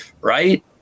right